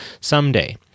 someday